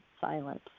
silence